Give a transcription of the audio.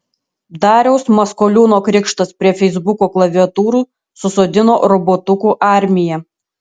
dariaus maskoliūno krikštas prie feisbuko klaviatūrų susodino robotukų armiją